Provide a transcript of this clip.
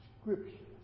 Scripture